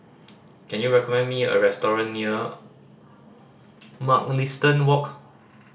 can you recommend me a restaurant near Mugliston Walk